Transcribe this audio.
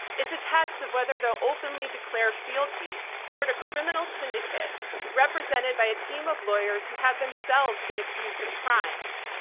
it's a test of whether they'll openly declare fealty toward a criminal syndicate represented by a team of lawyers who have themselves been accused of crimes.